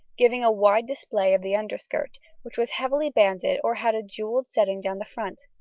giving a wide display of the underskirt, which was heavily banded or had a jewel setting down the front.